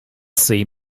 see